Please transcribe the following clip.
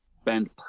spend